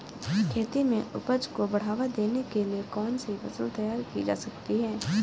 खेती में उपज को बढ़ावा देने के लिए कौन सी फसल तैयार की जा सकती है?